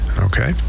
Okay